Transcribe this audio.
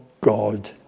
God